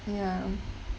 ya